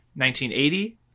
1980